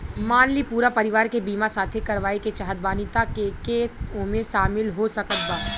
मान ली पूरा परिवार के बीमाँ साथे करवाए के चाहत बानी त के के ओमे शामिल हो सकत बा?